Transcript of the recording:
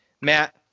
Matt